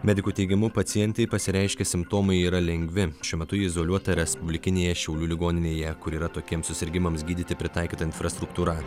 medikų teigimu pacientei pasireiškę simptomai yra lengvi šiuo metu ji izoliuota respublikinėje šiaulių ligoninėje kur yra tokiems susirgimams gydyti pritaikyta infrastruktūra